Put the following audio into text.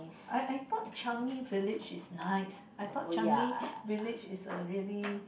I I thought Changi Village is nice I thought Changi Village is err really